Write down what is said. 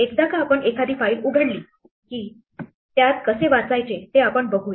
एकदा का आपण एखादी फाईल उघडली कि त्यात कसे वाचायचे ते आपण बघूया